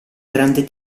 grande